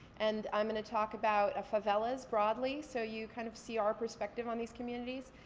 and i'm gonna talk about favelas broadly so you kind of see our perspective on these communities.